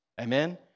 Amen